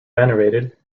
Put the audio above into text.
venerated